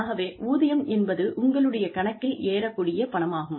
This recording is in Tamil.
ஆகவே ஊதியம் என்பது உங்களுடைய கணக்கில் ஏறக் கூடிய பணமாகும்